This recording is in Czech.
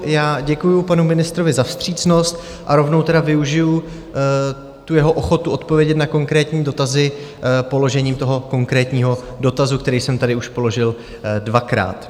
Já děkuju panu ministrovi za vstřícnost a rovnou teda využiji tu jeho ochotu odpovědět na konkrétní dotazy položením toho konkrétního dotazu, který jsem tady už položil dvakrát.